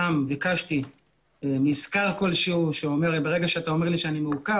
שם ביקשתי מזכר כלשהו שאומר שברגע שאתה אומר לי שאני מעוכב,